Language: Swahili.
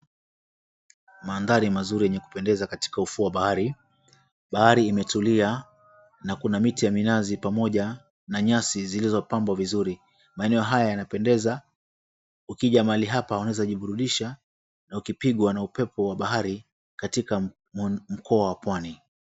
Mandhari mazuri yenye kupendeza katika ufuo wa bahari. Bahari imetulia na kuna miti ya minazi pamoja na nyasi zilizopambwa vizuri. Maeneo haya yanapendeza, ukija mahali hapa unaeza jiburudisha na ukipigwa na upepo wa bahari katika mkoa wa pwani.